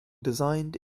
designed